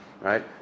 right